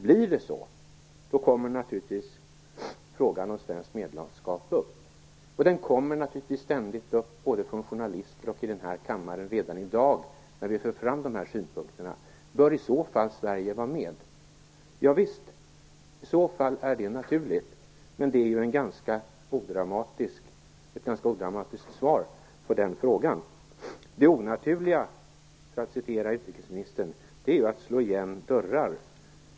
Blir det så kommer naturligtvis frågan om svenskt medlemskap upp, och den kommer ständigt upp både från journalister och i den här kammaren redan i dag när vi för fram dessa synpunkter. Bör i så fall Sverige vara med? Javisst! I så fall är det naturligt, men det är ju ett ganska odramatiskt svar på den frågan. Det onaturliga, för att citera utrikesministern, är ju att slå igen dörrar.